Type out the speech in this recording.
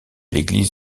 l’église